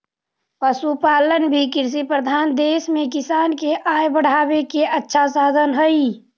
पशुपालन भी कृषिप्रधान देश में किसान के आय बढ़ावे के अच्छा साधन हइ